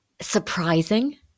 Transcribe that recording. surprising